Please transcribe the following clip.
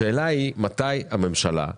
השאלה היא מתי הממשלה,